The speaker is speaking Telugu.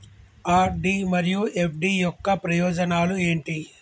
ఆర్.డి మరియు ఎఫ్.డి యొక్క ప్రయోజనాలు ఏంటి?